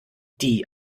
die